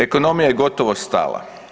Ekonomija je gotovo stala.